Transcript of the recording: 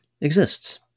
exists